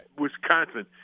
Wisconsin